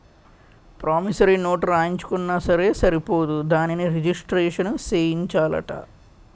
promissory note రాయించుకున్నా సరే సరిపోదు దానిని రిజిస్ట్రేషను సేయించాలట